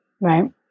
right